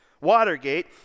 Watergate